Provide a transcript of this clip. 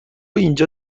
اینجا